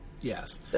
Yes